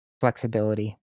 flexibility